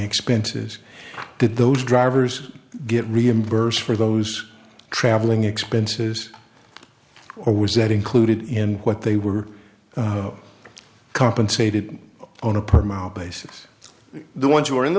expenses did those drivers get reimbursed for those travelling expenses or was that included in what they were compensated on a permanent basis the ones who were in the